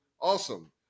awesome